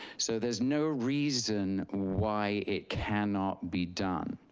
so there's no reason why it cannot be done.